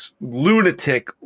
lunatic